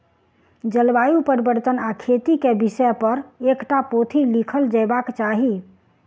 जलवायु परिवर्तन आ खेती के विषय पर एकटा पोथी लिखल जयबाक चाही